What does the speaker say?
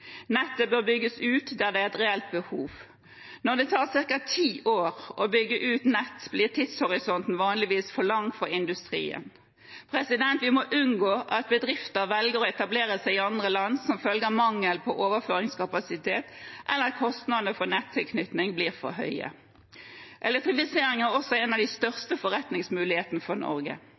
Nettet bør bygges ut der det er et reelt behov. Når det tar ca. 10 år å bygge ut nett, blir tidshorisonten vanligvis for lang for industrien. Vi må unngå at bedrifter velger å etablere seg i andre land som følge av mangel på overføringskapasitet eller at kostnadene for nettilknytning blir for høye. Elektrifisering er også en av de største forretningsmulighetene for Norge.